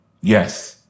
yes